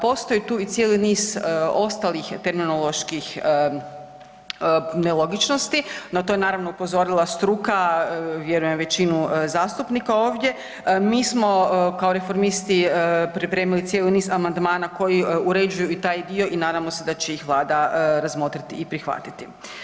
Postoji tu i cijeli niz ostalih terminoloških nelogičnosti, na to je naravno upozorila struka, vjerujem i većinu zastupnika ovdje, mi smo kao Reformisti pripremili cijeli niz amandmana koji uređuju i taj dio i nadamo se da će ih Vlada razmotriti i prihvatiti.